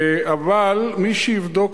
אבל מי שיבדוק,